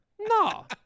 No